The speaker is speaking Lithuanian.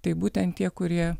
tai būtent tie kurie